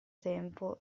tempo